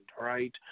right